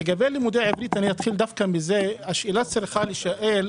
לגבי לימודי עברית, השאלה צריכה להישאל,